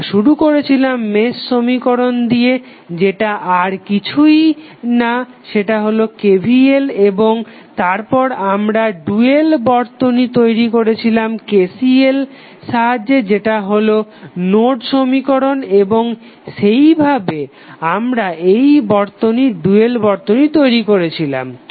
আমরা শুরু করেছিলাম মেশ সমীকরণ দিয়ে যেটা আর কিছুই না সেটা হলো KVL এবং তারপর আমরা ডুয়াল বর্তনী তৈরি করেছিলাম KCL সাহায্যে যেটা হলো নোড সমীকরণ এবং সেইভাবে আমরা এই বর্তনীর ডুয়াল বর্তনী তৈরি করেছিলাম